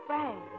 Frank